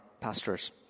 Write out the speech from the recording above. pastor's